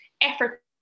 effort